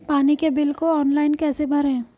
पानी के बिल को ऑनलाइन कैसे भरें?